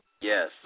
Yes